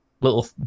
little